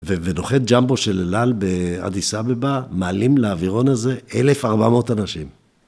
ונוחת ג'מבו של אלעל באדיס אבבא, מעלים לאווירון הזה 1400 אנשים.